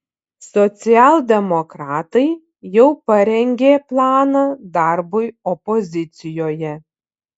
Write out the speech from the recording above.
socialdemokratai jau parengė planą darbui opozicijoje